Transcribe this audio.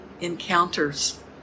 encounters